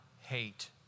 hate